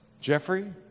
Jeffrey